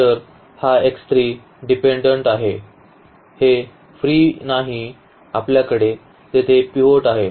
तर हा x3 dependent आहे हे फ्री नाही आपल्याकडे तेथे पिव्होट आहे